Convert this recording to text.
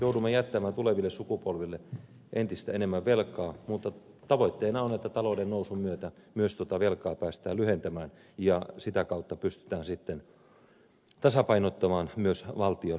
joudumme jättämään tuleville sukupolville entistä enemmän velkaa mutta tavoitteena on että talouden nousun myötä myös tuota velkaa päästään lyhentämään ja sitä kautta pystytään sitten tasapainottamaan myös valtiontaloutta